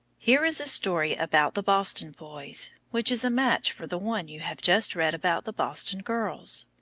here is a story about the boston boys, which is a match for the one you have just read about the boston girls.